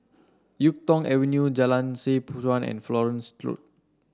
YuK Tong Avenue Jalan Seh Chuan and Florence Road